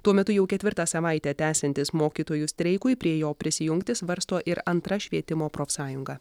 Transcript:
tuo metu jau ketvirtą savaitę tęsiantis mokytojų streikui prie jo prisijungti svarsto ir antra švietimo profsąjunga